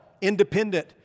independent